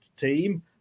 team